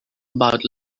about